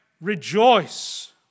rejoice